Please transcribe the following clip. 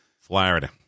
Florida